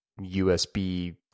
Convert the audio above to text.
usb